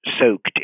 soaked